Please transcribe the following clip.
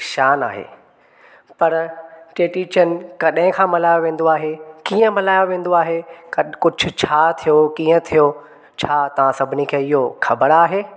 शान आहे पर चेटी चंड कॾहिं खां मल्हायो वेंदो आहे कीअं मल्हायो वेंदो आहे क कुझ छा थियो कीअं थियो छा तां सभिनी खे इहो ख़बरु आहे